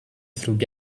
through